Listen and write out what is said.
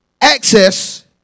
access